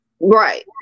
Right